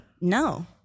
No